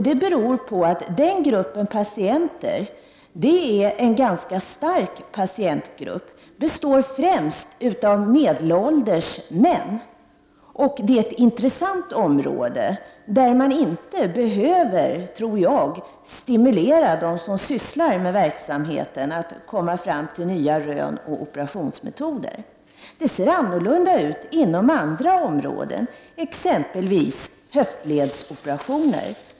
Det beror på att den gruppen patienter är en ganska stark patientgrupp. Den består främst av medelålders män. Och det är ett intressant område där man enligt min mening inte behöver stimulera dem som sysslar med verksamheten att komma fram till nya rön och operationsmetoder. Det ser annorlunda ut inom andra områden, exempelvis när det gäller höftledsoperationer.